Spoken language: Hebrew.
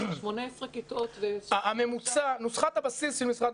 18 כיתות --- נוסחת הבסיס של משרד